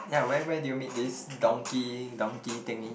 yeah where where did you meet this donkey donkey thingy